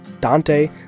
Dante